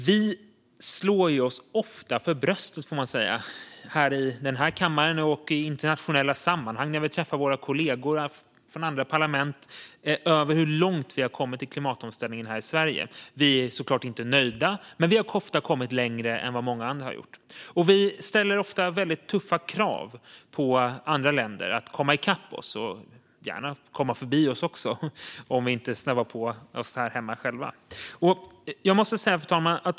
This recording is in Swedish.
Vi slår oss ofta för bröstet här i kammaren och i internationella sammanhang när vi träffar kollegor från andra parlament över hur långt Sverige har kommit i klimatomställningen. Vi är såklart inte nöjda, men vi har ofta kommit längre än många andra. Vi ställer ofta väldigt tuffa krav på andra länder att komma i kapp oss - och gärna komma förbi oss också om vi inte snabbar oss på här hemma.